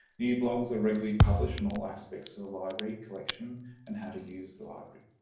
new blogs are regularly published on all aspects of the library collection and how to use the library.